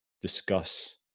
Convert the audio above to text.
discuss